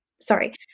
Sorry